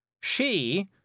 She